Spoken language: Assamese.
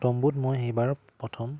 তম্বুত মই সেইবাৰ প্ৰথম